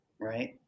right